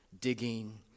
digging